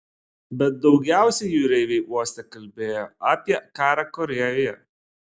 bet daugiausiai jūreiviai uoste kalbėjo apie karą korėjoje